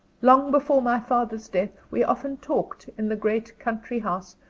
long before my father's death we often talked, in the great country house,